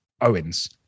Owens